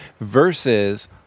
Versus